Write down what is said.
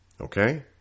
Okay